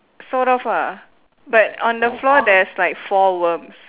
sort of ah but on the floor there's like four worms